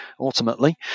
ultimately